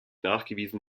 nachgewiesen